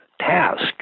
task